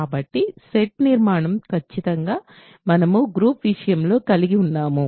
కాబట్టి సెట్ నిర్మాణం ఖచ్చితంగా మనము గ్రూప్ విషయంలో కలిగి ఉన్నాము